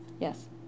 Yes